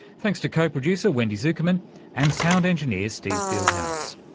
thanks to co-producer wendy zukerman and sound engineer steve fieldhouse.